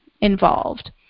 involved